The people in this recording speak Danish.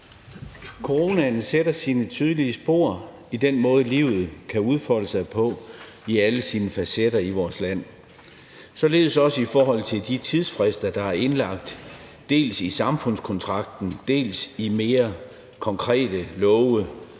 Coronaen sætter sine tydelige spor i den måde, livet kan udfolde sig på i alle dets facetter i vores land, og således også i forhold til de tidsfrister, der er indlagt, dels i samfundskontrakten, dels i mere konkrete love.